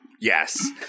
Yes